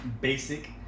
basic